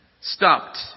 stopped